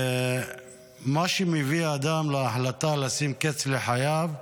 ומה שמביא אדם להחלטה לשים קץ לחייו,